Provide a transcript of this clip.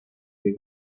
che